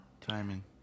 Timing